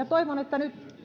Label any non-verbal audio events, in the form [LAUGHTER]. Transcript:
[UNINTELLIGIBLE] toivon että nyt